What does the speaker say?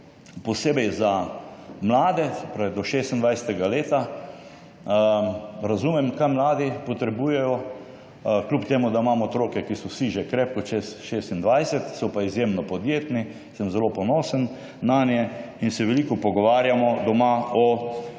posebej za mlade do 26. leta. Razumem kaj mladi potrebujejo, kljub temu da imam otroke, ki so vsi že krepko čez 26, so pa izjemno podjetni. Sem zelo ponosen nanje in se veliko pogovarjamo doma o